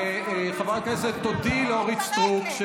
וחברת הכנסת, תודיעי לאורית סטרוק, מתפרקת.